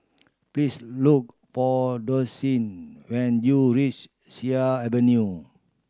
please look for Dossie when you reach Sea Avenue